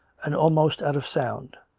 and almost out of sound.